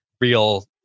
real